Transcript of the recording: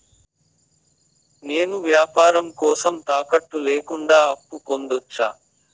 నేను వ్యాపారం కోసం తాకట్టు లేకుండా అప్పు పొందొచ్చా?